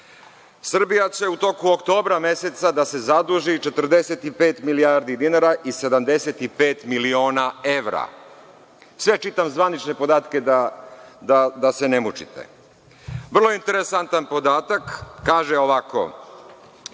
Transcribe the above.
Srbija će u toku oktobra meseca da se zaduži 45 milijardi dinara i 75 miliona evra. Sve čitam zvanične podatke da se ne mučite. Vrlo je interesantan podatak, kaže ovako